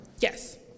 Yes